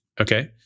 Okay